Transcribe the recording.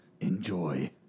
Enjoy